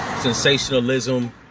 sensationalism